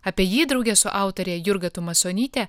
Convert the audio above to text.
apie jį drauge su autore jurga tumasonyte